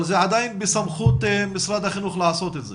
אבל זה עדיין בסמכות משרד החינוך לעשות את זה.